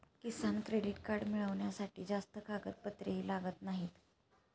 किसान credit card मिळवण्यासाठी जास्त कागदपत्रेही लागत नाहीत